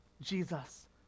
jesus